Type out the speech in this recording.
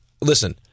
Listen